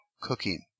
cooking